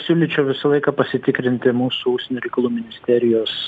siūlyčiau visą laiką pasitikrinti mūsų užsienio reikalų ministerijos